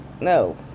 No